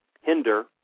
hinder